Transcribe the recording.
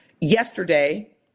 yesterday